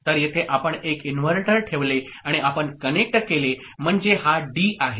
तर येथे आपण एक इन्व्हर्टर ठेवले आणि आपण कनेक्ट केले म्हणजे हा डी आहे